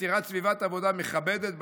יצירת סביבת עבודה מכבדת,